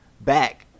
back